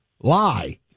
lie